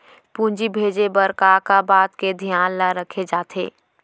पूंजी भेजे बर का का बात के धियान ल रखे जाथे?